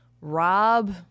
Rob